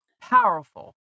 powerful